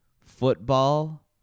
Football